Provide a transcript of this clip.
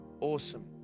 Awesome